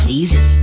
easy